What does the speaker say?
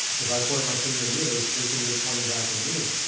if i point my finger at you, there's three fingers pointing back at me.